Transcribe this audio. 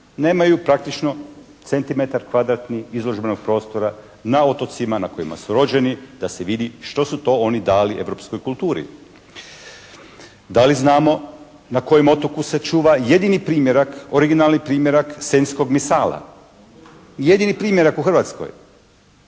Nemaju praktično centimetar kvadratni izložbenog prostora na otocima na kojima su rođeni da se vidi što su to oni dali europskoj kulturi. Da li znamo na kojem otoku se čuva jedini primjerak, originalni primjerak Senjskog misala? Jedini primjerak u Hrvatskoj.